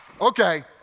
Okay